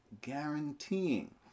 guaranteeing